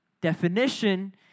definition